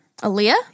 Aaliyah